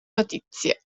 notizie